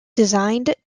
designed